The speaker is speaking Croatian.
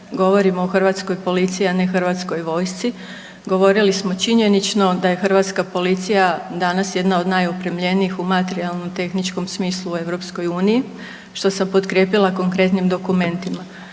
govorimo o hrvatskoj policiji, a ne HV-u. Govorili smo činjenično da je hrvatska policija danas jedna od najopremljenijih u materijalnom i tehničkom smislu u EU, što sam potkrijepila konkretnim dokumentima.